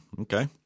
okay